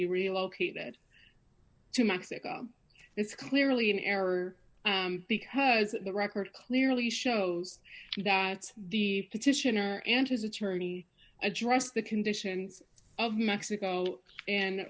be relocated to mexico it's clearly an error because the record clearly shows that the petitioner and his attorney addressed the conditions of mexico and